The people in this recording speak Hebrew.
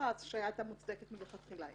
ההשעיה הייתה מוצדקת מלכתחילה,